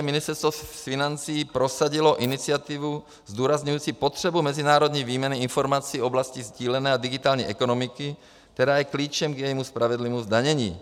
Ministerstvo financí prosadilo iniciativu zdůrazňující potřebu mezinárodní výměny informací v oblasti sdílené a digitální ekonomiky, která je klíčem k jejímu spravedlivému zdanění.